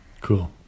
Cool